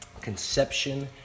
conception